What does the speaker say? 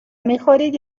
میخورید